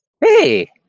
Hey